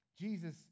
Jesus